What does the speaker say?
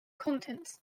contents